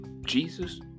jesus